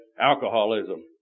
alcoholism